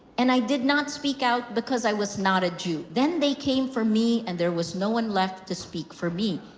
and i did not speak out because i was not a jew. then they came for me and there was no one left to speak for me.